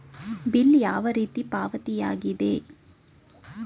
Bill ಯಾವ ರೀತಿಯ ಪಾವತಿಯಾಗಿದೆ?